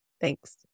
Thanks